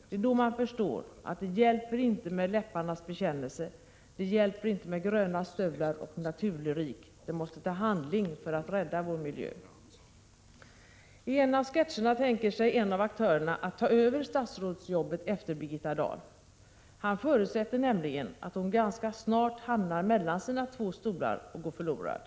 Det är då man förstår att det inte hjälper med läpparnas bekännelse, att det inte hjälper med gröna stövlar och naturlyrik. Det måste till handling för att rädda vår miljö. I en av sketcherna tänker sig en av aktörerna att ta över statsrådsjobbet efter Birgitta Dahl. Han förutsätter nämligen att hon ganska snart hamnar mellan sina två stolar och går förlorad.